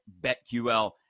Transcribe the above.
BetQL